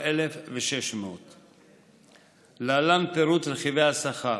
14,600. להלן פירוט רכיבי השכר: